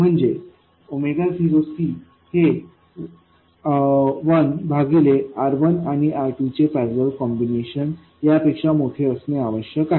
म्हणजे 0C हे 1 भागिले R1आणिR2चे पैरलेल कॉम्बिनेशन या पेक्षा मोठे असणे आवश्यक आहे